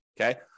okay